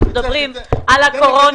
אנחנו מדברים על הקורונה,